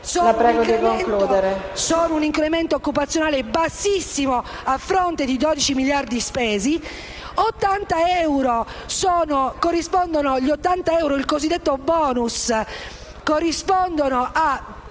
sono un incremento occupazionale bassissimo a fronte di 12 miliardi spesi.